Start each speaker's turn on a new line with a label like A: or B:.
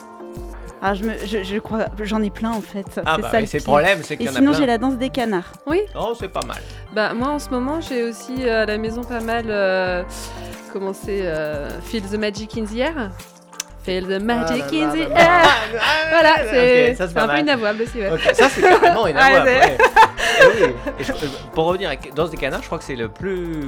A: Ah, je me- je- je crois- j'en ai plein, en fait.
B: Ah,
A: C'est
B: bah
A: ça,
B: mais
A: le
B: c'est le
A: pire.
B: problème, c'est
A: Et
B: qu'il y en a
A: sinon, j'ai
B: plein.
A: la danse des canards.
C: Oui.
B: Oh, c'est pas mal.
C: Bah, moi, en ce moment, j'ai aussi, euh, à la maison, pas mal, euh, comment c'est, euh, Feel the magic in the air. Feel the magic
A: Ah là
C: in the air.
A: là là là là là.
C: Voilà,
B: Ok,
C: c'est-
B: ça, c'est
C: c'est
B: pas
C: un peu
B: mal.
C: inavouable aussi, ouais.
B: Ok, ça, c'est carrément inavouable,
C: Ouais,
B: ouais.
C: c'est-
B: Eh oui. Et je- euh, pour revenir à- danse des canards, je crois que c'est le plus-